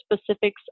specifics